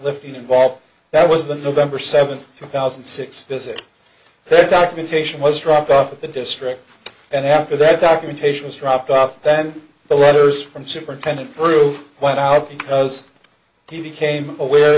lifting involved that was the nov seventh two thousand and six visit their documentation was dropped off at the district and after that documentation was dropped off then the letters from superintendent proof went out because he became aware